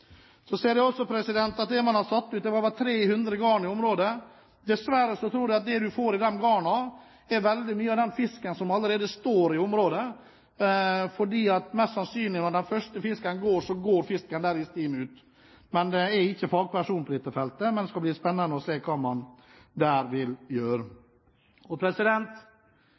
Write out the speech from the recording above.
Så ser jeg at man har satt ut 300 garn i området. Dessverre tror jeg at det man får i de garnene, veldig mye er den fisken som allerede står i området. For det er mest sannsynlig at de første fiskene som går, går i stim ut. Men jeg er ikke fagperson på dette feltet. Det skal bli spennende å se hva man der vil gjøre. Det er helt åpenbart at når det gjelder dette som har med rømming å gjøre, og